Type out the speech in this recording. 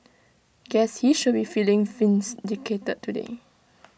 guess he should be feeling vindicated today